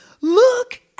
look